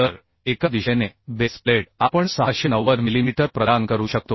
तर एका दिशेने बेस प्लेट आपण 690 मिलीमीटर प्रदान करू शकतो